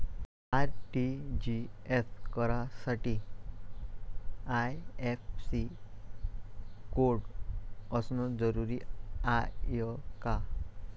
RTGS करासाठी IFSC code असनं जरुरीच हाय का?